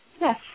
yes